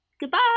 goodbye